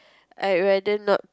I rather not